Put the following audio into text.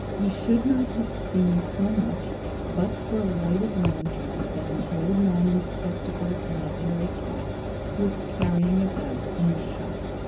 we should not have seen so much but for a lighted lantern that an old man in spectacles and a hairy cap was carrying about in the shop.